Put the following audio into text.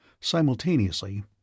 Simultaneously